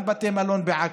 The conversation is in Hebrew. גם בתי מלון בעכו,